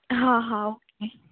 हां हां ओके